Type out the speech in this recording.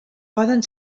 poden